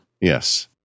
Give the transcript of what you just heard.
Yes